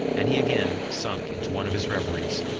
and he again sunk into one of his reveries,